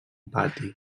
pati